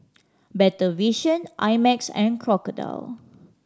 Better Vision I Max and Crocodile